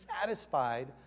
satisfied